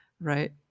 right